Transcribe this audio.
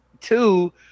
Two